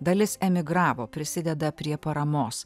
dalis emigravo prisideda prie paramos